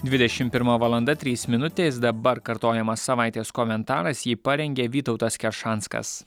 dvidešim pirma valanda trys minutės dabar kartojamas savaitės komentaras jį parengė vytautas keršanskas